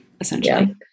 essentially